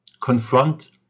confront